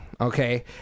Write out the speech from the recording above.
okay